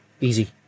easy